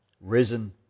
risen